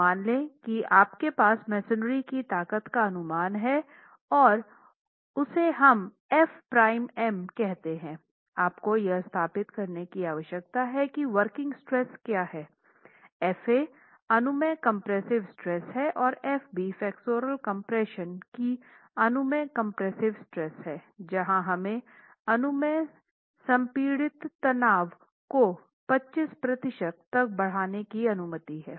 तो मान लें कि आपके पास मेसनरी की ताकत का अनुमान है और उसे हम f प्राइम m कहते है आपको यह स्थापित करने की आवश्यकता है कि वर्किंग स्ट्रेस क्या हैं Fa अनुमेय कंप्रेसिव स्ट्रेस है और Fb फ्लेक्सोरल कम्प्रेशन की अनुमेय कंप्रेसिव स्ट्रेस है जहां हमें अनुमेय संपीड़ित तनाव को 25 प्रतिशत तक बढ़ाने की अनुमति है